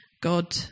God